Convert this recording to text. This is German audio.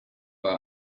bei